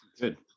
Good